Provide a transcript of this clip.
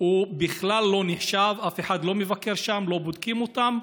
בכלל לא נחשב, אף אחד לא מבקר שם, לא בודקים אותם.